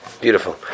beautiful